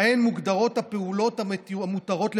שבהן מוגדרות הפעולות המותרות לפרמדיקים,